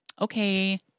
okay